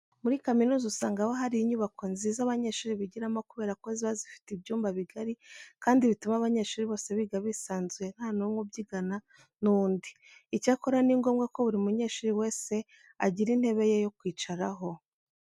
Muri kaminuza usanga haba hari inyubako nziza abanyeshuri bigiramo kubera ko ziba zifite ibyumba bigari kandi bituma abanyeshuri bose biga bisanzuye nta n'umwe ubyigana n'undi. Icyakora ni ngombwa ko buri munyeshuri wese agira intebe ye yo kwicaraho.